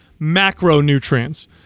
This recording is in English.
macronutrients